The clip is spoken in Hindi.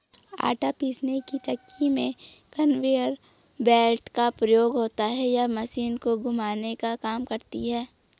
आटा पीसने की चक्की में कन्वेयर बेल्ट का प्रयोग होता है यह मशीन को घुमाने का काम करती है